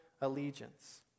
allegiance